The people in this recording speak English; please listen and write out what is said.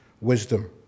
wisdom